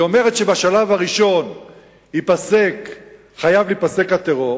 היא אומרת שבשלב הראשון חייב להיפסק הטרור,